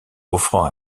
offrant